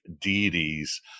deities